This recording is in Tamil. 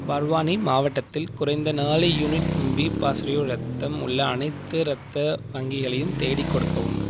பர்வானி மாவட்டத்தில் குறைந்த நாலு யூனிட் பி பாசிட்டிவ் இரத்தம் உள்ள அனைத்து இரத்த வங்கிகளையும் தேடி கொடுக்கவும்